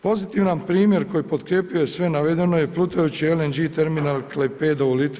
Pozitivan primjer koji potkrjepljuje sve navedeno je plutajući LNG terminal Klaipeda u Litvi.